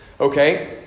Okay